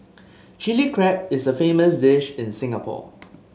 Chilli Crab is a famous dish in Singapore